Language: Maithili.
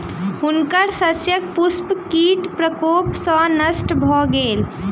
हुनकर शस्यक पुष्प कीट प्रकोप सॅ नष्ट भ गेल